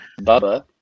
Bubba